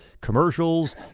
commercials